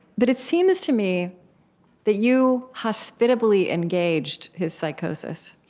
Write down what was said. but it seems to me that you hospitably engaged his psychosis.